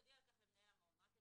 יודיע על כך למנהל המעון ".